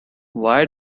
why